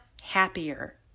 happier